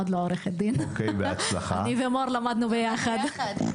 אני ומור למדנו ביחד.